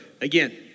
again